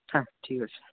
হ্যাঁ ঠিক আছে